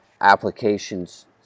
applications